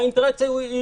האינטראקציה היא